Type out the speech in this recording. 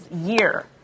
year